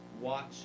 watch